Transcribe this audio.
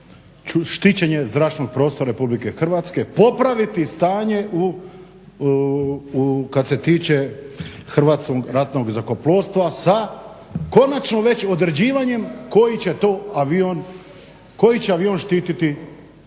štićenje zračnog prostora RH – popraviti stanje kad se tiče Hrvatskog ratnog zrakoplovstva sa konačno već određivanjem koji će to avion štititi hrvatski